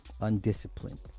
undisciplined